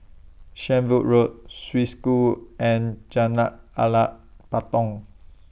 Shenvood Road Swiss School and Jalan Alas Patong